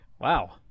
Wow